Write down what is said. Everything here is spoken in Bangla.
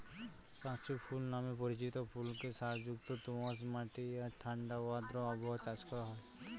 পাঁচু ফুল নামে পরিচিত ফুলকে সারযুক্ত দোআঁশ মাটি আর ঠাণ্ডা ও আর্দ্র আবহাওয়ায় চাষ করা হয়